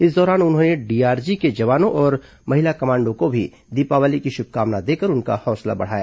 इस दौरान उन्होंने डीआरजी के जवानों और महिला कमांडों को भी दीपावली की शुभकामना देकर उनका हौसला बढ़ाया